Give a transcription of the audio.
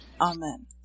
Amen